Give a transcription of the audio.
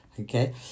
Okay